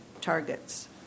targets